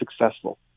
successful